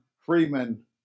Freeman